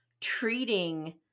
treating